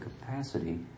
capacity